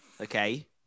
Okay